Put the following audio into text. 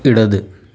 ഇടത്